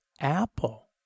Apple